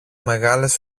μεγάλες